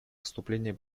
выступление